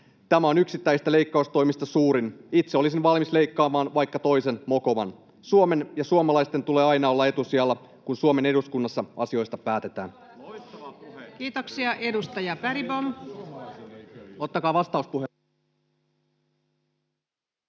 Tämä on yksittäisistä leikkaustoimista suurin. Itse olisin valmis leikkaamaan vaikka toisen mokoman. Suomen ja suomalaisten tulee aina olla etusijalla, kun Suomen eduskunnassa asioista päätetään. Kiitoksia. — Edustaja Bergbom. Kunnioitettu